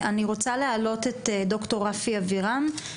אני רוצה להעלות את ד"ר רפי אבירם,